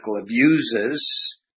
abuses